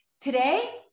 today